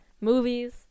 Movies